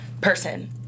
person